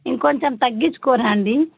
ఇంకొంచెం తగ్గించుకోండి